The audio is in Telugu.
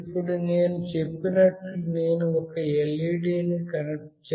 ఇప్పుడు నేను చెప్పినట్లు నేను ఒక LED ని కూడా కనెక్ట్ చేసాను